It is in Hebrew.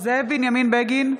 זאב בנימין בגין,